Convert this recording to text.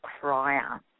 crier